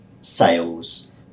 sales